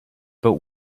but